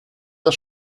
der